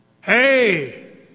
Hey